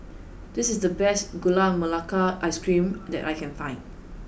this is the best Gula Melaka ice cream that I can find